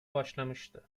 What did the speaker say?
başlamıştı